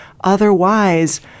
otherwise